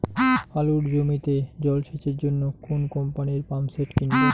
আলুর জমিতে জল সেচের জন্য কোন কোম্পানির পাম্পসেট কিনব?